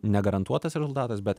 negarantuotas rezultatas bet